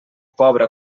pobra